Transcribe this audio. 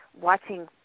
watching